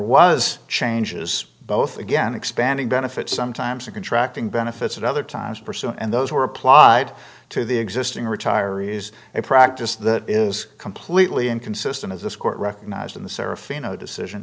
was changes both again expanding benefits sometimes of contracting benefits at other times pursuing and those were applied to the existing retirees a practice that is completely inconsistent as this court recognized in the sarah pheno decision